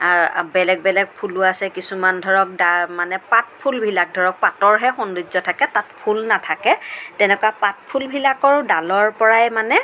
বেলেগ বেলেগ ফুলোঁ আছে কিছুমান ধৰক ডা মানে পাত ফুলবিলাক ধৰক পাতৰহে সৌন্দৰ্য্য থাকে তাত ফুল নাথাকে তেনেকুৱা পাতফুলবিলাকৰো ডালৰ পৰাই মানে